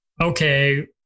okay